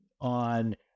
on